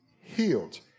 healed